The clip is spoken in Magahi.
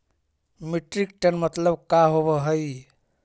मीट्रिक टन मतलब का होव हइ?